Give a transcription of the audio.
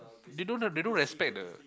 they don't have they don't respect the